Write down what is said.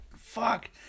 fuck